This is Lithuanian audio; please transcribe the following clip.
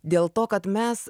dėl to kad mes